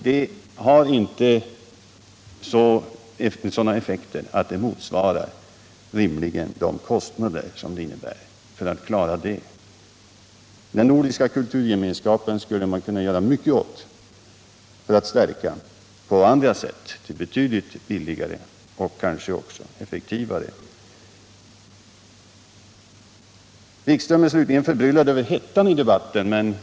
Dess effekt motsvarar inte rimligen de kostnader det leder till. Man skulle kunna göra mycket betydligt billigare och kanske också effektivare för att på annat sätt stärka den nordiska kulturgemenskapen. Wikström är slutligen förbryllad över hettan i debatten.